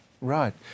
Right